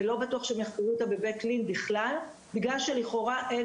ולא בטוח שהם יחקרו אותה בבית לין בכלל בגלל שלכאורה אין